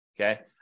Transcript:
Okay